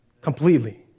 completely